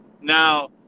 Now